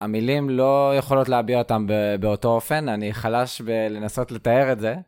המילים לא יכולות להביע אותם באותו אופן, אני חלש בלנסות לתאר את זה.